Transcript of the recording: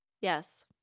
Yes